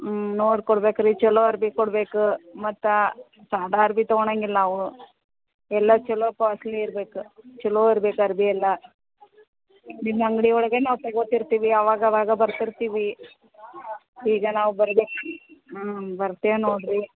ಹ್ಞೂ ನೋಡಿ ಕೊಡ್ಬೇಕು ರೀ ಚೊಲೋ ಅರ್ವೆ ಕೊಡಬೇಕು ಮತ್ತು ಸಾದಾ ಅರ್ವೆ ತಗೊಣಂಗೆ ಇಲ್ಲ ಅವು ಎಲ್ಲ ಚೊಲೋ ಕ್ವಾಲ್ಟಿ ಇರ್ಬೇಕು ಚೊಲೋ ಇರ್ಬೇಕು ಅರ್ವೆ ಎಲ್ಲ ನಿಮ್ಮ ಅಂಗಡಿ ಒಳಗೆ ನಾವು ತೊಗೋತಿರ್ತೀವಿ ಅವಾಗವಾಗ ಬರ್ತಿರ್ತೀವಿ ಈಗ ನಾವು ಬರ್ಬೇಕು ಹ್ಞೂ ಬರ್ತೇವೆ ನೋಡಿರಿ